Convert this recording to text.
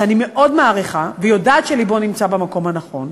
שאני מאוד מעריכה ויודעת שלבו נמצא במקום הנכון,